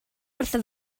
wrtho